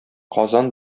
казан